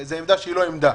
זו עמדה שהיא לא עמדה.